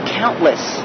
countless